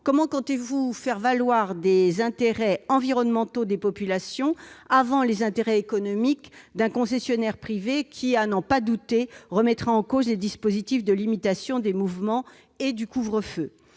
comment comptez-vous faire prévaloir les intérêts environnementaux des populations sur les intérêts économiques d'un concessionnaire privé qui, à n'en pas douter, remettra en cause les dispositifs de limitation des mouvements et le couvre-feu ?